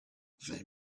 the